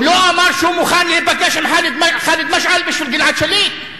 הוא לא אמר שהוא מוכן להיפגש עם ח'אלד משעל בשביל גלעד שליט?